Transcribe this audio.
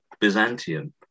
Byzantium